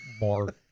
more